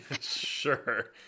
Sure